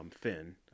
fin